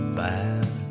bad